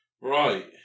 Right